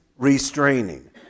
Restraining